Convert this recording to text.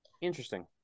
Interesting